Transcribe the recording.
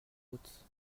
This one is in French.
route